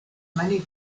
many